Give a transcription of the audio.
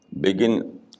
begin